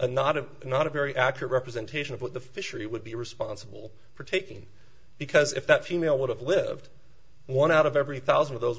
a not a not a very accurate representation of what the fishery would be responsible for taking because if that female would have lived one out of every thousand of those